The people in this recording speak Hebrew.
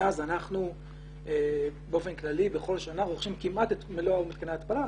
מאז אנחנו באופן כללי בכל שנה רוכשים כמעט את מלוא מתקני ההתפלה.